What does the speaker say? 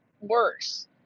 worse